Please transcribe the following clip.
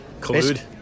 collude